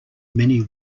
many